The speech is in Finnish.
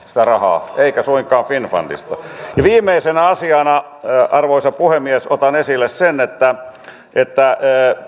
sitä rahaa muualta eikä suinkaan finnfundista ja viimeisenä asiana arvoisa puhemies otan esille sen että että